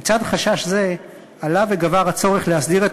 לצד חשש זה עלה וגבר הצורך להסדיר את